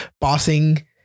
bossing